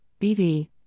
BV